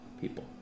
people